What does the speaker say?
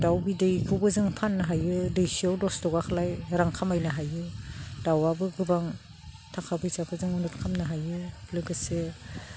दाउ बिदैखौबो जों फाननो हायो दैसेयाव दस ताकाखालाय रां खामायनो हायो दाउआबो गोबां थाखा फैसाखौ जों लाब खामनो हायो लोगोसे